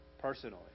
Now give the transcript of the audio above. personally